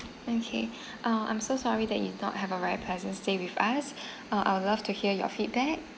okay uh I'm so sorry that you do not have a very pleasant stay with us uh I'd love to hear your feedback